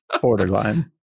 Borderline